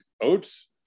oats